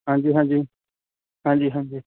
ਹਾਂਜੀ ਹਾਂਜੀ ਹਾਂਜੀ ਹਾਂਜੀ